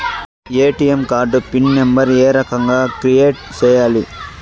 ATM card PIN number ఏ రకంగా create సేయాలి